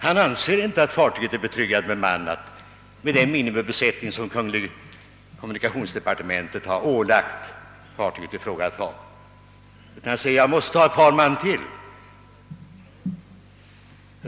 Han anser inte att fartyget är betryggande bemannat med den minimibesättning, som kungl. kommunikationsdepartementet har ålagt fartyget i fråga att ha, utan han säger: Jag måste ha ett par man till!